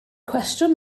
cwestiwn